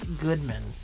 Goodman